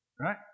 right